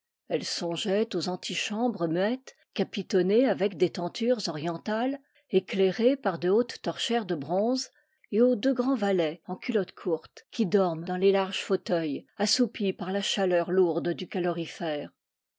elle songeait aux antichambres muettes capitonnées avec des tentures orientales éclairées par de hautes torchères de bronze et aux deux grands valets en culotte courte qui dorment dans les larges fauteuils assoupis par la chaleur lourde du calorifère